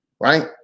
right